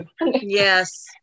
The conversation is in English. Yes